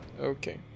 Okay